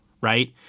right